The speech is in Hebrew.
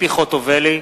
ציפי חוטובלי,